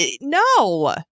no